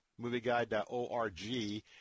movieguide.org